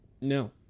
no